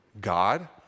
God